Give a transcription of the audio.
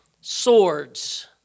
swords